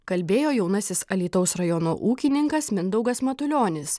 kalbėjo jaunasis alytaus rajono ūkininkas mindaugas matulionis